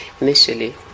initially